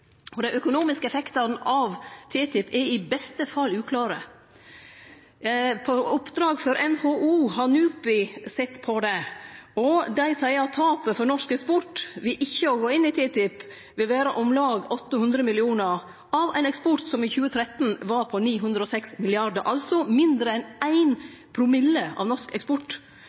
Dei økonomiske effektane av TTIP er i beste fall uklare. På oppdrag frå NHO har NUPI sett på det, og dei seier at tapet for norsk eksport ved ikkje å gå inn i TTIP vil vere om lag 800 mill. kr av ein eksport som i 2013 var på 906 mrd. kr, altså mindre enn 1 promille av norsk eksport.